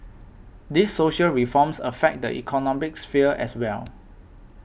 these social reforms affect the economic sphere as well